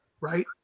right